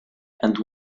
and